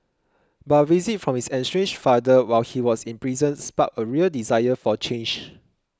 but a visit from his estranged father while he was in prison sparked a real desire for change